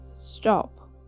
stop